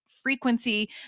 frequency